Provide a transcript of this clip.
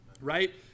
right